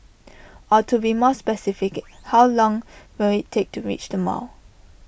or to be more specific how long will IT take to reach the mall